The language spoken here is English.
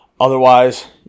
otherwise